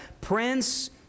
Prince